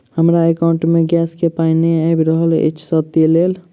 हमरा एकाउंट मे गैस केँ पाई नै आबि रहल छी सँ लेल?